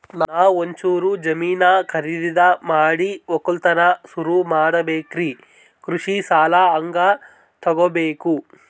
ನಾ ಒಂಚೂರು ಜಮೀನ ಖರೀದಿದ ಮಾಡಿ ಒಕ್ಕಲತನ ಸುರು ಮಾಡ ಬೇಕ್ರಿ, ಕೃಷಿ ಸಾಲ ಹಂಗ ತೊಗೊಬೇಕು?